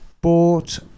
bought